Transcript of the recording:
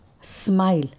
Smile